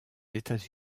états